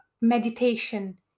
meditation